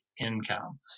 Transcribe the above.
income